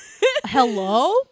Hello